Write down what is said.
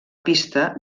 pista